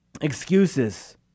excuses